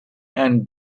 and